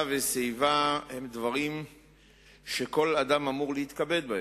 מייד עם סיום דבריו נעבור להצעות החוק.